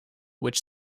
which